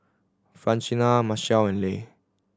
Francina Marcel and Leigh